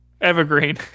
Evergreen